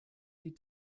die